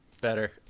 better